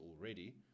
already